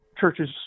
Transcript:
churches